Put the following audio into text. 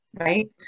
right